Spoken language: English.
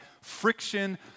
friction